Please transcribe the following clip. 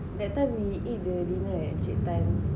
that time we eat the dinner at Chatime